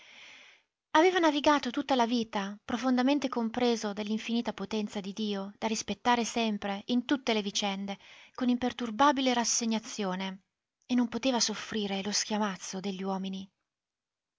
aveva navigato tutta la vita profondamente compreso dell'infinita potenza di dio da rispettare sempre in tutte le vicende con imperturbabile rassegnazione e non poteva soffrire lo schiamazzo degli uomini